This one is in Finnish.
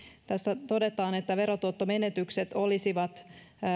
tässä todetaan että verotuottomenetykset olisivat